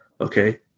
okay